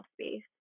space